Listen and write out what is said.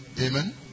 Amen